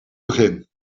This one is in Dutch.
begin